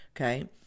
okay